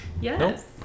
Yes